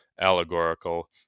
allegorical